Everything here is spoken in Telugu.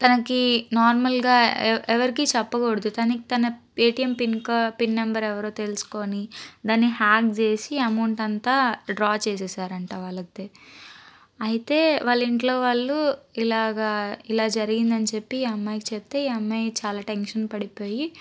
తనకి నార్మల్గా ఎవ ఎవరికి చెప్పకూడదు కానీ తన ఏటీఎం పిన్ కో పిన్ నెంబర్ ఎవరో తెలుసుకొని దాన్ని హ్యాక్ చేసి అమౌంట్ అంతా డ్రా చేసేసారంట వాళ్ళు అయితే అయితే వాళ్ళ ఇంట్లో వాళ్ళు ఇలాగ ఇలా జరిగిందని చెప్పి అమ్మాయికి చెప్తే ఈ అమ్మాయి చాలా టెన్షన్ పడిపోయి